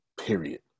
Period